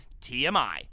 tmi